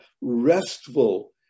restful